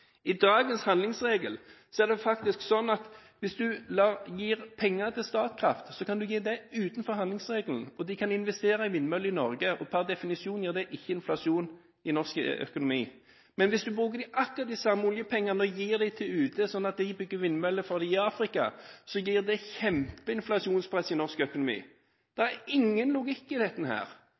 dagens handlingsregel, er det faktisk sånn at hvis man gir penger til Statkraft, kan man gi dem utenfor handlingsregelen, og de kan investere i vindmøller i Norge. Per definisjon gir det ikke inflasjon i norsk økonomi. Men hvis man bruker akkurat de samme oljepengene og gir dem til UD, sånn at de bygger vindmøller for folk i Afrika, gir det kjempeinflasjonspress i norsk økonomi. Det er ingen logikk i dette.